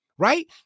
Right